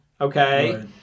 okay